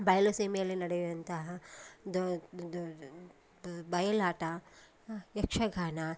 ಬಯಲುಸೀಮೆಯಲ್ಲಿ ನಡೆಯುವಂತಹ ಬಯಲಾಟ ಯಕ್ಷಗಾನ